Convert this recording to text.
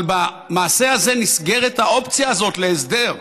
אבל במעשה הזה נסגרת האופציה הזאת להסדר.